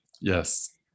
Yes